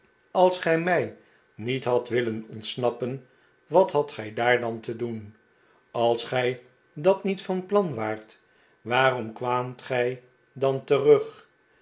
als gij mij niet hadt willen ontsnappen wat hadt gij daar dan te doen als gij dat niet van plan waart waarom kwaamt gij dan terug